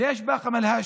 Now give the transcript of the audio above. יש הרבה,